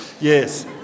yes